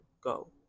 go